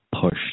push